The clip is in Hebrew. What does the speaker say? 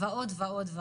ועוד ועוד.